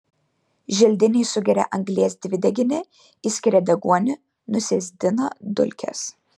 želdiniai sugeria anglies dvideginį išskiria deguonį nusėsdina dulkes